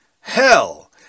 hell